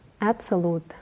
Absolute